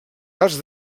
arts